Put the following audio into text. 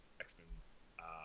X-Men